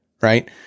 Right